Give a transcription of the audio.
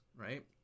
right